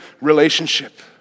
relationship